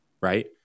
right